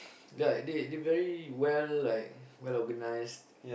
got they they very well like well organised